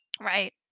Right